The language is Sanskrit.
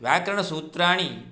व्याकरणसूत्राणि